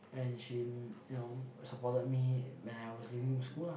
and she you know supported me when I was leaving school lah